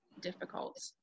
difficult